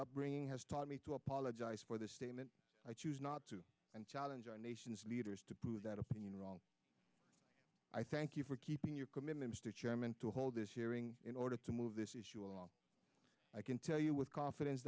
upbringing has taught me to apologize for the statement i choose not to and challenge our nation's leaders to prove that opinion wrong i thank you for keeping your commitment to chairman to hold this hearing in order to move this issue all i can tell you with confidence